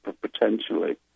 potentially